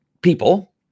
people